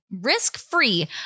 risk-free